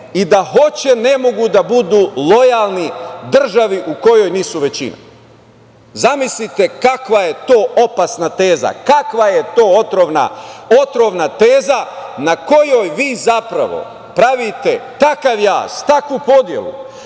i da hoće ne mogu da budu lojalni državi u kojoj nisu većina. Zamislite kakva je to opasna teza. Kakva je to otrovna teza na kojoj vi zapravo pravite takav jaz, takvu podelu